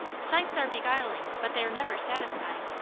sights are beguiling, but they're never satisfying.